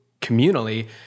communally